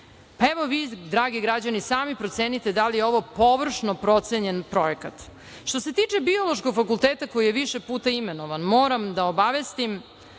nauke Vinča. Dragi građani, sami procenite da li je ovo površno procenjen projekat. Što se tiče Biološkog fakulteta, koji je više puta imenovan, moram da obavestim